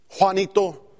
Juanito